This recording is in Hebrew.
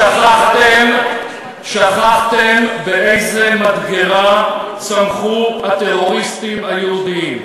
שכחתם באיזו מדגרה צמחו הטרוריסטים היהודים.